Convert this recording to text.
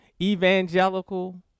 Evangelical